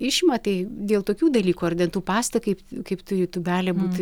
išima tai dėl tokių dalykų ar dantų pastą kaip kaip turi tūbelė būt